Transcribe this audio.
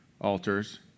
altars